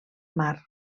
mar